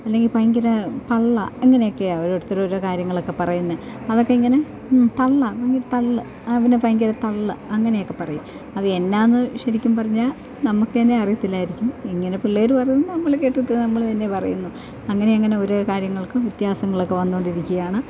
അല്ലെങ്കില് ഭയങ്കര തള്ളാണ് അങ്ങനെക്കെയാ ഓരോരുത്തര് ഓരോ കാര്യങ്ങളൊക്കെ പറയുന്നെ അതൊക്കെ ഇങ്ങനെ തള്ളാ ഭയങ്കര തള്ള് ആ പിന്നെ ഭയങ്കര തള്ള് അങ്ങനെയൊക്കെ പറയും അത് എന്നാന്ന് ശരിക്കും പറഞ്ഞാല് നമുക്കുതന്നെ അറിയത്തില്ലായിരിക്കും ഇങ്ങനെ പിള്ളേര് പറയും നമ്മള് കേട്ടിട്ട് നമ്മള് പിന്നെ പറയുന്നു അങ്ങനെ അങ്ങനെ ഓരോ കാര്യങ്ങൾക്കും വ്യത്യാസങ്ങളൊക്കെ വന്നോണ്ടിരിക്കുകയാണ്